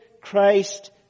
Christ